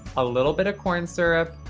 a little bit of corn syrup,